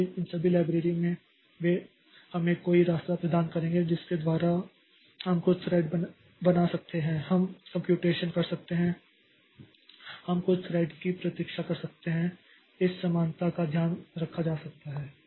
इसलिए इन सभी लाइब्रेरी में वे हमें कोई रास्ता प्रदान करेंगे जिसके द्वारा हम कुछ थ्रेड बना सकते हैं हम कम्प्यूटेशन कर सकते हैं हम कुछ थ्रेड की प्रतीक्षा कर सकते हैं इस समानता का ध्यान रखा जा सकता है